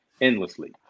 endlessly